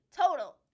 total